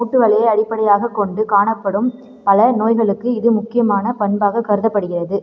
மூட்டு வலியை அடிப்படையாகக் கொண்டு காணப்படும் பல நோய்களுக்கு இது முக்கியமான பண்பாகக் கருதப்படுகிறது